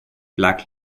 black